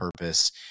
purpose